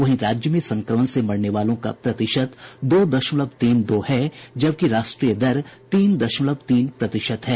वहीं राज्य में संक्रमण से मरने वालों का प्रतिशत दो दशमलव तीन दो है जबकि राष्ट्रीय दर तीन दशमलव तीन प्रतिशत है